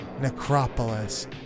Necropolis